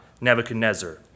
Nebuchadnezzar